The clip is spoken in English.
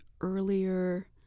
earlier